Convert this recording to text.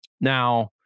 Now